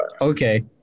Okay